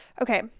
okay